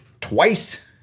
twice